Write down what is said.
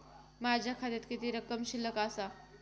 माझ्या खात्यात किती रक्कम शिल्लक आसा?